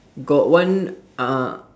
got one uh